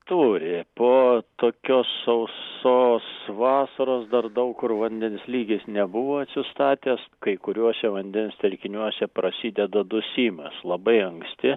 turi po tokios sausos vasaros dar daug kur vandens lygis nebuvo atsistatęs kai kuriuose vandens telkiniuose prasideda dusimas labai anksti